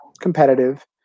competitive